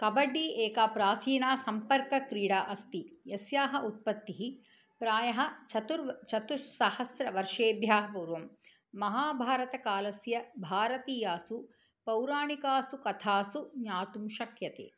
कबड्डी एका प्राचीना सम्पर्कक्रीडा अस्ति यस्याः उत्पत्तिः प्रायः चतुर् चतुस्सहस्रवर्षेभ्यः पूर्वं महाभारतकालस्य भारतीयासु पौराणिकासु कथासु ज्ञातुं शक्यते